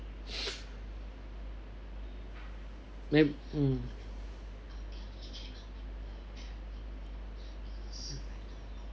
may um